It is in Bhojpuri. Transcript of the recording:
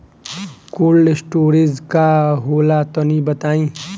कोल्ड स्टोरेज का होला तनि बताई?